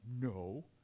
No